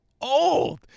old